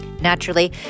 Naturally